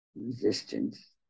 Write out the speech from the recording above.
resistance